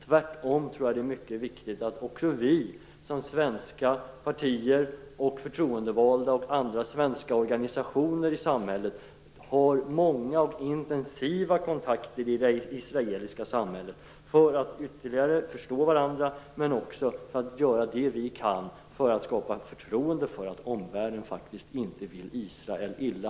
Tvärtom tror jag att det är mycket viktigt att också vi som svenska partier och förtroendevalda och andra svenska organisationer i samhället har många och intensiva kontakter i det israeliska samhället, för att vi ytterligare skall förstå varandra men också göra det vi kan för att skapa förtroende för att omvärlden inte vill Israel illa.